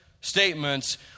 statements